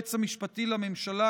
והיועץ המשפטי לממשלה,